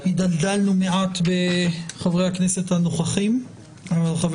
הידלדלנו מעט בחברי הכנסת הנוכחים אבל חבר